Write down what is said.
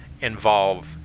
Involve